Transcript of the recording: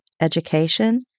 education